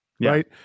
right